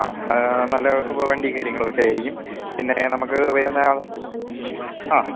ആ ഹാ നല്ല വണ്ടിയും കാര്യങ്ങളുമൊക്കെ ആയിരിക്കും പിന്നെ നമുക്ക് വരുന്നാ ആ